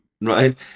right